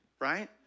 Right